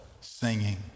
singing